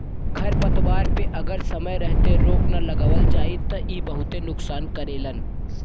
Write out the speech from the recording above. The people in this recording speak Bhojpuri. खरपतवार पे अगर समय रहते रोक ना लगावल जाई त इ बहुते नुकसान करेलन